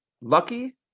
lucky